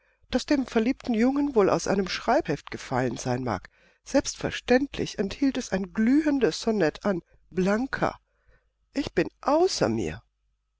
das dem verliebten jungen wohl aus einem schreibheft gefallen sein mag selbstverständlich enthielt es ein glühendes sonett an blanka ich bin außer mir